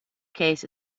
case